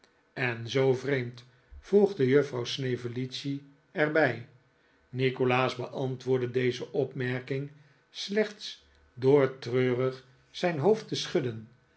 en zoo vreemd voegde juffrouw snevellicci er bij nikolaas beantwoordde deze opmerking slechts door treurig zijn hoofd te schudden